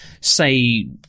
say